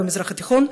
במזרח התיכון,